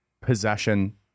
possession